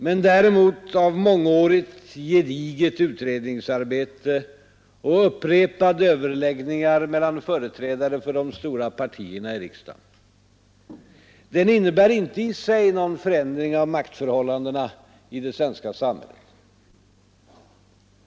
Men däremot av mångårigt, gediget utredningsarbete och upprepade överläggningar mellan företräda re för de stora partierna i riksdagen. Den innebär inte i sig någon förändring av maktförhållandena i det svenska samhället.